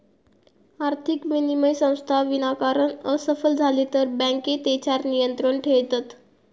आर्थिक विनिमय संस्था विनाकारण असफल झाले तर बँके तेच्यार नियंत्रण ठेयतत